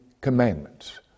Commandments